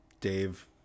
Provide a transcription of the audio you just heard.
Dave